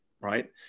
right